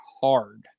hard